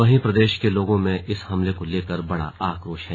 वहीं प्रदेश के लोगों में इस हमले को लेकर बड़ा आक्रोश है